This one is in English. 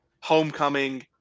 Homecoming